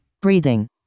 Breathing